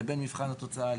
לבין מבחן התוצאה,